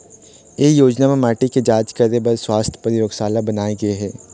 ए योजना म माटी के जांच करे बर सुवास्थ परयोगसाला बनाए गे हे